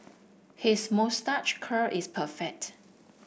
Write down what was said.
his moustache curl is perfect